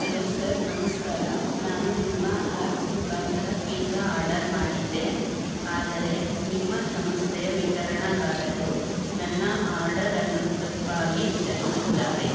hello sir ನಮಸ್ಕಾರ ನಾನು ನಿಮ್ಮ ಆ್ಯಪ್ ಮುಖಾಂತರ ಫೀಝಾ ಆರ್ಡರ್ ಮಾಡಿದ್ದೆ ಆದರೆ ನಿಮ್ಮ ಸಂಸ್ಥೆ ವಿತರಣಕಾರರು ನನ್ನ ಆರ್ಡರನ್ನು ತಪ್ಪಾಗಿ ವಿತರಿಸಿದ್ದಾರೆ